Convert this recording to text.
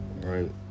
right